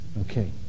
Okay